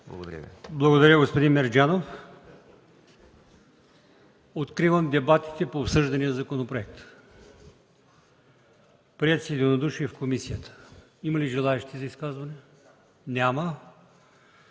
Благодаря, господин Мерджанов. Откривам дебатите по обсъждания законопроект, приет с единодушие в комисията. Има ли желаещи за изказвания? Няма.